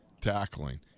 tackling